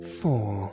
four